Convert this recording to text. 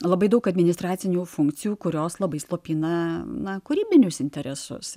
labai daug administracinių funkcijų kurios labai slopina na kūrybinius interesus